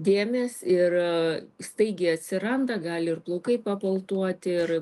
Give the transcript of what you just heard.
dėmės ir staigiai atsiranda gali ir plaukai pabaltuoti ir